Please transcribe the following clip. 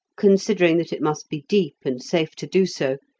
considering that it must be deep, and safe to do so,